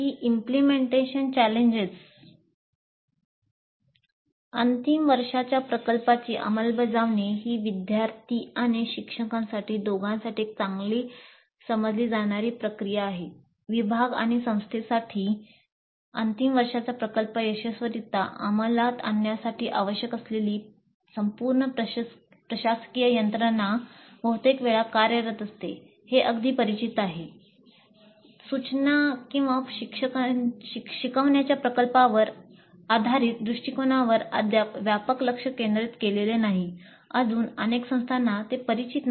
की implementation challenges सूचना आणि शिकवण्याच्या प्रकल्पावर आधारीत दृष्टिकोनावर अद्याप व्यापक लक्ष केंद्रित केलेले नाही अजून अनेक संस्थांना ते परिचित नाही